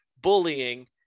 bullying